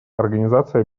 организация